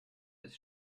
ist